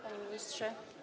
Panie Ministrze!